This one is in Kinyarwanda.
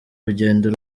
rugendo